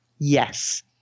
Yes